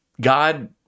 God